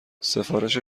سفارش